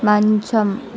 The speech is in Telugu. మంచం